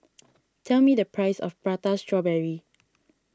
tell me the price of Prata Strawberry